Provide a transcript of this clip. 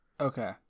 Okay